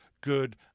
good